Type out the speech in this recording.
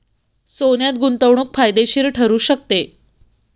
सोन्यात गुंतवणूक फायदेशीर ठरू शकते